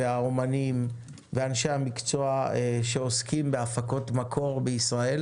האמנים ואנשי המקצוע שעוסקים בהפקות מקור בישראל,